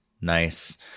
Nice